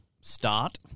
start